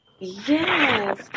Yes